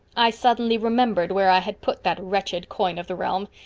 i suddenly remembered where i had put that wretched coin of the realm.